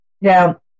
Now